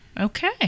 okay